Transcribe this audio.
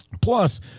Plus